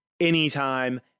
anytime